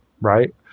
right